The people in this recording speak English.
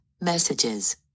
Messages